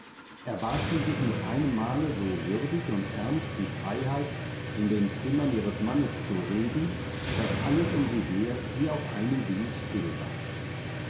erbat sie sich mit einem male so würdig und ernst die freiheit in den zimmern ihres mannes zu reden daß alles um sie her wie auf einen wink still ward